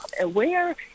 aware